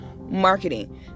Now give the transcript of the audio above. marketing